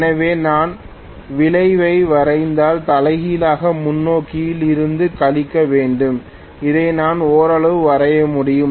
எனவே நான் விளைவை வரைந்தால் தலைகீழாக முன்னோக்கி இல் இருந்து கழிக்க வேண்டும் இதை நான் ஓரளவு வரைய முடியும்